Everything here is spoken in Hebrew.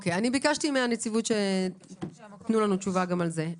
אני ביקשתי מהנציבות שתיתן לנו תשובה גם על זה.